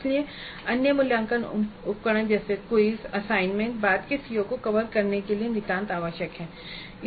इसलिए अन्य मूल्यांकन उपकरण जैसे क्विज़ या असाइनमेंट बाद के सीओ को कवर करने के लिए नितांत आवश्यक हो जाएंगे